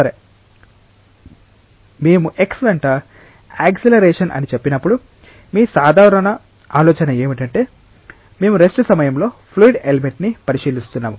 సరే మేము x వెంట యాక్సిలరేషన్ అని చెప్పినప్పుడు మీ సాధారణ ఆలోచన ఏమిటంటే మేము రెస్ట్ సమయంలో ఫ్లూయిడ్ ఎలిమెంట్ ని పరిశీలిస్తున్నాము